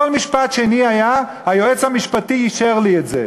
וכל משפט שני של השר היה: היועץ המשפטי אישר לי את זה.